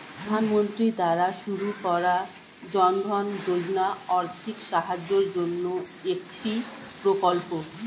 প্রধানমন্ত্রী দ্বারা শুরু করা জনধন যোজনা আর্থিক সাহায্যের জন্যে একটি প্রকল্প